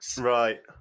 right